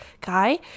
guy